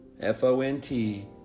f-o-n-t